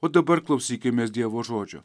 o dabar klausykimės dievo žodžio